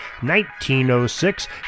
1906